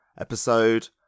episode